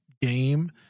game